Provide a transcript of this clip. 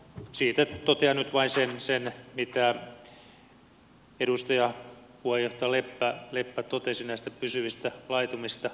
siitä totean nyt vain sen mitä edustaja puheenjohtaja leppä totesi näistä pysyvistä laitumista